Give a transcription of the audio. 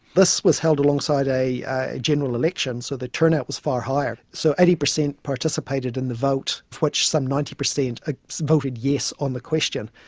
this was held alongside a general election, so the turnout was far higher. so eighty percent participated in the vote, of which some ninety percent and ah voted yes on the question.